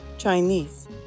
Chinese